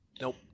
Nope